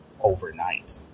overnight